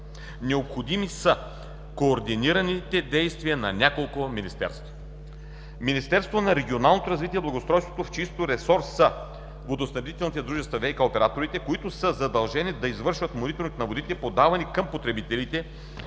Необходими са координираните действия на няколко министерства: – Министерството на регионалното развитие и благоустройството – в чийто ресор са водоснабдителните дружества – „ВиК“ операторите, които са задължени да извършват мониторинг на водите, подавани към потребителите,